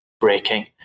breaking